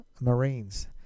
Marines